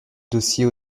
dossiers